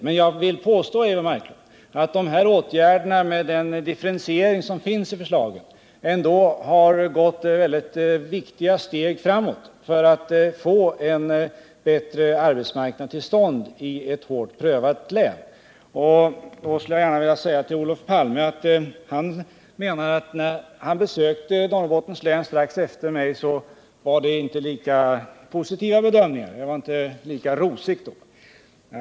Däremot vill jag påstå, Eivor Marklund, att med de åtgärder som finns i förslaget och som syftar till att underlätta en differentiering av näringslivet har viktiga steg framåt tagits för att få till stånd en bättre arbetsmarknad i ett hårt prövat län. I det sammanhanget vill jag gärna vända mig till Olof Palme. Han påstod att när han besökte Norrbotten strax efter det att jag varit där, så var bedömningarna inte lika positiva. Olof Palme menar att det inte var lika ”rosigt” då.